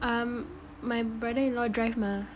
um my brother in law drive mah